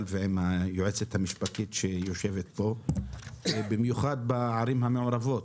ועם היועצת המשפטית שיושבת פה ובמיוחד בערים המעורבות,